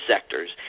sectors